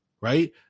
right